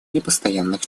непостоянных